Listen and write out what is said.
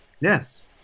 Yes